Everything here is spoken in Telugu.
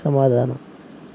సమాధానం